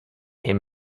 him